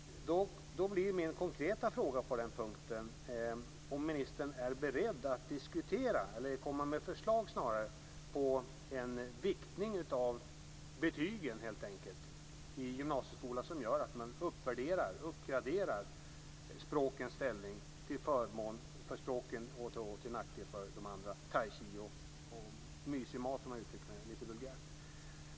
Min konkreta fråga på den punkten är om ministern är beredd att komma med förslag till en viktning av betygen i gymnasieskolan som gör att man uppvärderar, uppgraderar, språkens ställning, till förmån för språken och till nackdel för andra ämnen, t.ex. tai chi och mysig mat, som jag lite vulgärt uttryckte det.